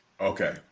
okay